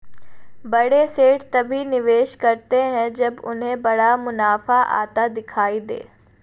बड़े सेठ तभी निवेश करते हैं जब उन्हें बड़ा मुनाफा आता दिखाई दे